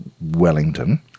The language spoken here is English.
Wellington